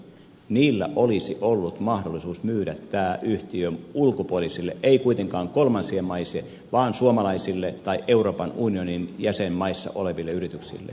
niillä olisi ollut mahdollisuus myydä tämä yhtiö ulkopuolisille ei kuitenkaan kolmansiin maihin vaan suomalaisille tai euroopan unionin jäsenmaissa oleville yrityksille